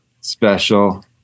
Special